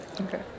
Okay